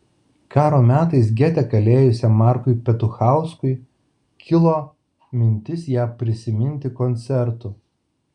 karo metais gete kalėjusiam markui petuchauskui kilo mintis ją prisiminti koncertu